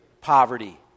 poverty